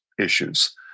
issues